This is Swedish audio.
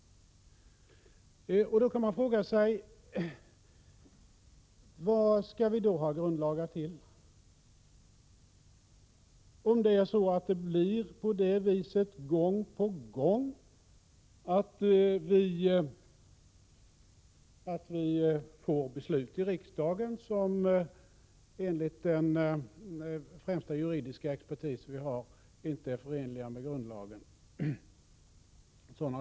Man kan då fråga sig vad vi skall ha grundlagen till, om det gång på gång fattas beslut i riksdagen som enligt den främsta juridiska expertis vi har inte är förenliga med grundlagen.